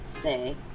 say